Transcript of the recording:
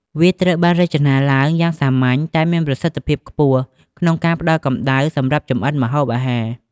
វាត្រូវបានរចនាឡើងយ៉ាងសាមញ្ញតែមានប្រសិទ្ធភាពខ្ពស់ក្នុងការផ្ដល់កម្ដៅសម្រាប់ចម្អិនម្ហូបអាហារ។